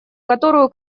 которую